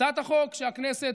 הצעת החוק שהכנסת,